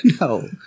No